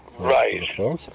right